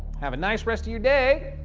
have a nice rest of your day.